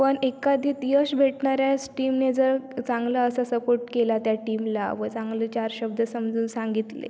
पण एकादीत यश भेटणाऱ्यास टीमने जर चांगला असा सपोर्ट केला त्या टीमला व चांगले चार शब्द समजून सांगितले